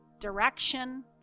Direction